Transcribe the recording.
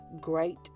Great